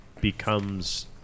becomes